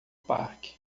parque